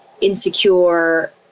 insecure